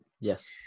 Yes